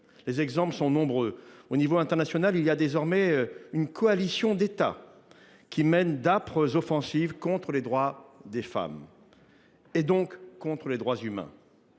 Les exemples sont nombreux. À l’échelle internationale, il y a désormais une coalition d’États qui mène d’âpres offensives contre les droits des femmes, donc contre les droits humains.